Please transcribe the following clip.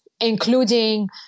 including